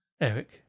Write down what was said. Eric